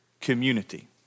community